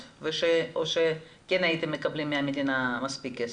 או שכן הייתם מקבלים מהמדינה מספיק כסף?